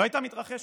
לא הייתה מתרחשת.